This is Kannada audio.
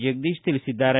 ಜಗದೀಶ್ ತಿಳಿಸಿದ್ದಾರೆ